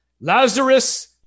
Lazarus